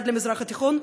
יד למזרח התיכון,